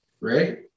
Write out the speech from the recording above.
right